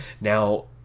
Now